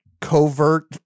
covert